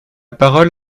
parole